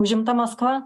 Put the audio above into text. užimta maskva